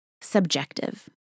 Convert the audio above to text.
subjective